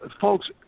folks